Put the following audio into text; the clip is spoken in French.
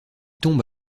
tombe